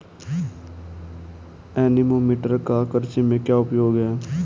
Anemometer का कृषि में क्या उपयोग है?